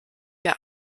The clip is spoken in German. der